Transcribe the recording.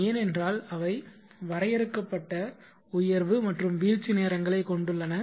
ஏனென்றால் அவை வரையறுக்கப்பட்ட உயர்வு மற்றும் வீழ்ச்சி நேரங்களைக் கொண்டுள்ளன